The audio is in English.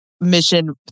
mission